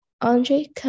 Andre